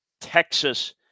Texas